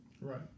Right